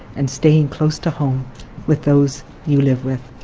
and staying close to home with those you live with.